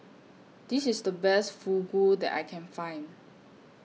This IS The Best Fugu that I Can Find